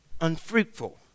unfruitful